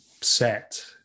set